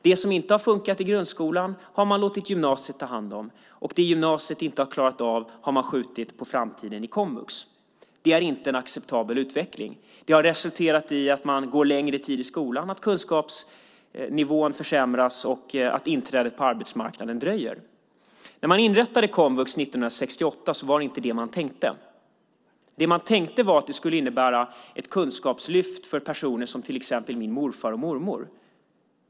Det som inte har funkat i grundskolan har man låtit gymnasiet ta hand om, och det gymnasiet inte har klarat av har man skjutit på framtiden i komvux. Det är inte en acceptabel utveckling. Det har resulterat i att man går längre tid i skolan, att kunskapsnivån försämras och att inträdet på arbetsmarknaden dröjer. När man inrättade komvux 1968 var det inte detta man tänkte sig. Det man tänkte var att det skulle innebära ett kunskapslyft för personer som till exempel min morfar och mormor.